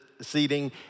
seating